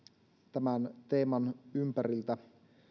tämän teeman ympäriltä